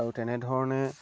আৰু তেনেধৰণে